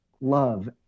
love